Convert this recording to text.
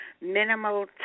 minimal